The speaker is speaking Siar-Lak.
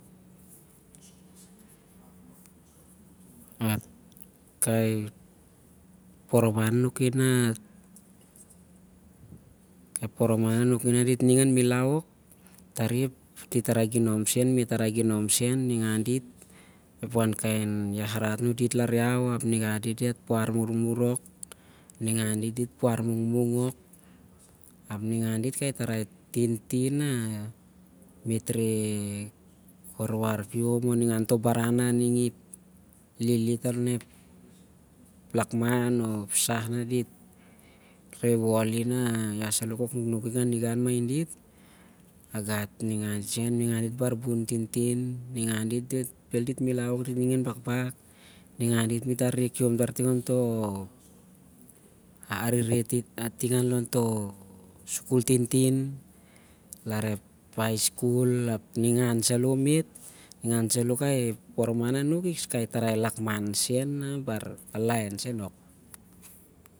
Ep kai poroman anuki nah dit ning an milau ok- tari me't arai ginom sen, ningan dit puar mungmung ok- ap ningan dit kai- tarai tintin nah me't reh warwar khiom on- ningan toh baran nah- i- li- tah onep lakman o- ep sah nah dit reh woli nah- iah- saloh kok nuknuk ading gau matin dit, a gat ningen sen bar bun tintin. Ningan dit, bhel dit aning an milau, dit aning an bakbak. Ningen dit me't arere khiom tar ap ningan dit ep tarai lakman sen ep tarai ok